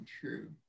true